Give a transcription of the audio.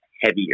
heavier